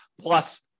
plus